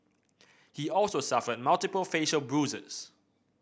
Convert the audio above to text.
he also suffered multiple facial bruises